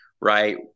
right